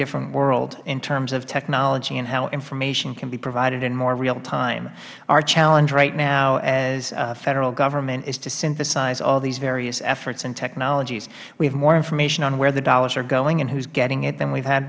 different world in terms of technology and how information can be provided in more real time our challenge right now as the federal government is to synthesize all of these various efforts and technologies we have more information on where the dollars are going and who is getting them than we have had